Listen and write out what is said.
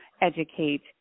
educate